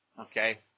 Okay